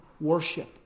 Worship